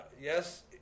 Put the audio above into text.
yes